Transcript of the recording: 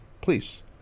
Please